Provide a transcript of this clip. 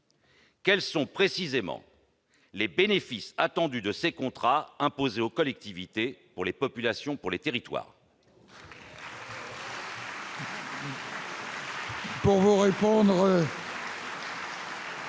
quels sont précisément les bénéfices attendus de ces contrats imposés aux collectivités, pour les populations et pour les territoires ?